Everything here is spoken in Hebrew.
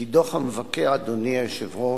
כי דוח המבקר, אדוני היושב-ראש,